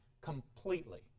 completely